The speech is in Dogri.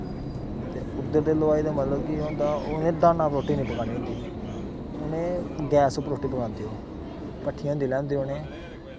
इद्धर दे हलवाई दा मतलब कि एह् होंदा कि उ'नें डहानै पर रुट्टी निं बनानी होंदी उ'नें गैस पर रुट्टी बनांदे ओह् भट्ठियां होदियां लेआंदियां उ'नें